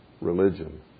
religion